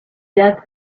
that